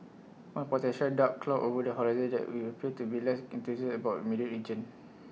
one potential dark cloud over the horizon is that we appear to be less enthused about our immediate region